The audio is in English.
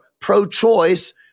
pro-choice